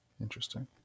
interesting